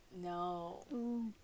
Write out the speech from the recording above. No